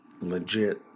legit